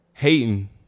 hating